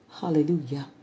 Hallelujah